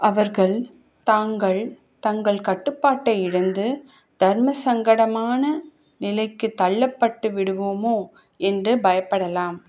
அவர்கள் தாங்கள் தங்கள் கட்டுப்பாட்டை இழந்து தர்மசங்கடமான நிலைக்கு தள்ளப்பட்டுவிடுவோமோ என்று பயப்படலாம்